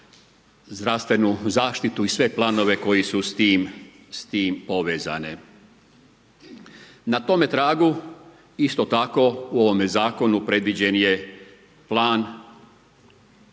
zdravstvenu zaštitu i sve planove koji su s tim povezane. Na tome tragu, isto tako u ovome zakonu, predviđen je plan